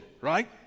right